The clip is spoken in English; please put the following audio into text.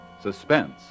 Suspense